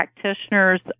practitioners